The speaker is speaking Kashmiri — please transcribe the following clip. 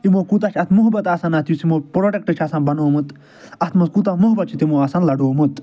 یِمو کوٗتاہ چھُ محبت اتھ آسان یس یِمو پروڈکٹ چھُ اسان بنومت اتھ منٛز کوٗتا محبت چھُ آسان تِمو لڑومُت